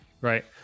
Right